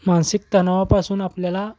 मानसिक तणावापासून आपल्याला